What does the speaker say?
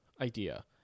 idea